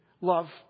Love